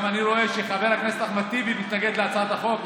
אני רואה שגם חבר הכנסת אחמד טיבי מתנגד להצעת החוק.